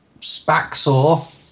Spaxor